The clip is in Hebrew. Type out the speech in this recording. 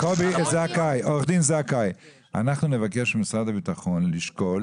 עו"ד זכאי, אנחנו נבקש ממשרד הביטחון לשקול